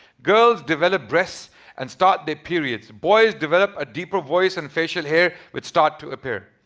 girls develop breasts and start their periods. boys develop a deeper voice and facial hair which start to appear.